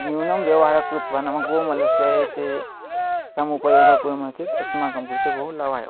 न्यूनं व्यवहारं कृत्वा नाम गोमलस्य एते समुपयोगं कुर्मः चेत् अस्माकं कृते बहु लाभाय